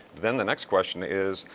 then the next question is,